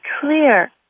clear